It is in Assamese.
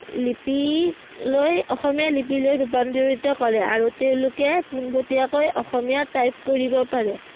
লিপি লৈ অসমীয়া লিপিলৈ ৰূপান্তৰিত কৰে আৰু তেওঁলোকে পোনপতীয়াকৈ অসমীয়া টাইপ কৰিব পাৰে